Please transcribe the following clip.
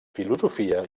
filosofia